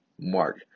mark